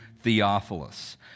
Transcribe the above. Theophilus